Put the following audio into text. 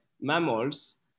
mammals